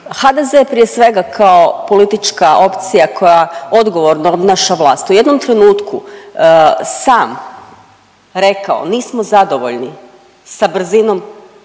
HDZ prije svega kao politička opcija koja odgovorno obnaša vlast, u jednom sam rekao nismo zadovoljni sa brzinom